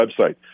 website